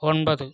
ஒன்பது